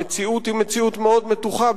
המציאות בבית-החולים היא מציאות מאוד מתוחה,